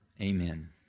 Amen